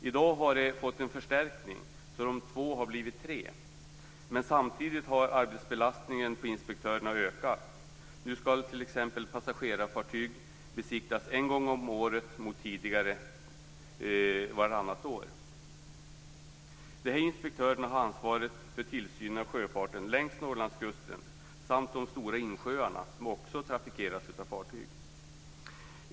I dag har de fått en förstärkning och de två har blivit tre, men samtidigt har arbetsbelastningen på inspektörerna ökat. Nu skall till exempel passagerarfartyg besiktas en gång om året mot tidigare vartannat år. Dessa inspektörer har ansvaret för tillsyn av sjöfarten längst Norrlandskusten samt på de stora inlandssjöarna, som också trafikeras av fartyg.